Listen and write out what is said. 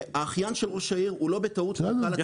שהאחיין של ראש העיר הוא לא בטעות מנכ"ל התאגיד.